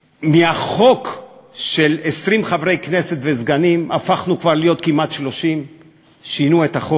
ומהחוק של 20 חברי כנסת וסגנים הפכנו כבר להיות כמעט 30. שינו את החוק,